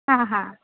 हां हां